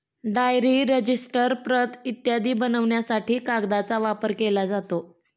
diary, register, प्रत इत्यादी बनवण्यासाठी कागदाचा वापर केला जातो